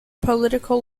political